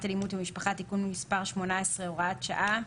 אלימות במשפחה (תיקון מס' 18 הוראת שעה),